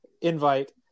Invite